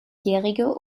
jährige